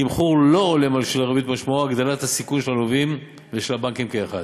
תמחור לא הולם של הריבית משמעו הגדלת הסיכון על הלווים ועל הבנקים כאחד.